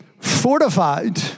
fortified